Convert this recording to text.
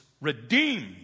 redeemed